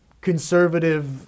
conservative